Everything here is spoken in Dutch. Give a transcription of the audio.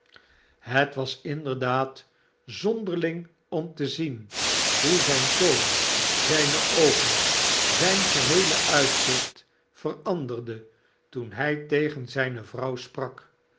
het was inderdaad zonderjing om te zien hoe zijn toon zyne oogen zyn geheele uitzicht veranderde toen hy tegen zyne vrouw sprak